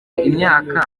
imyaka